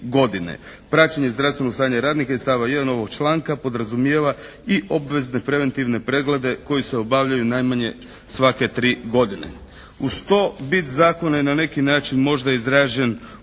Praćenje zdravstvenog stanja radnika iz stavka 1. ovog članka podrazumijeva i obvezne preventivne preglede koji se obavljaju najmanje svake tri godine. Uz to bit zakona je na neki način možda izražen u